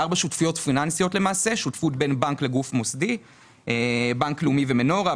עם שותפות בין בנק לגוף מוסדי - בנק לאומי ומנורה,